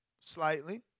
Slightly